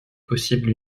possible